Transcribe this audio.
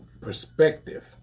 perspective